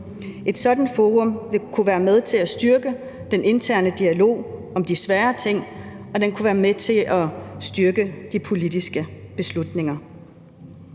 Et sådant forum kunne være med til at styrke den interne dialog om de svære ting, og det kunne være med til at styrke de politiske beslutninger.